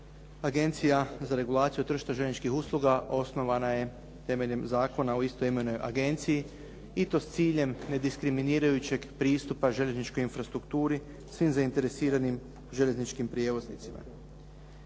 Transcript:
Agencija za regulaciju tržišta željezničkih usluga osnovana je temeljem Zakona o istoimenoj agenciji i to s ciljem nediskriminirajućeg pristupa željezničkoj infrastrukuri svim zainteresiranim željezničkim prijevoznicima.